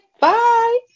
Bye